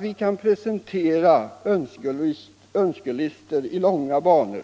Vi kan presentera önskelistor i långa banor,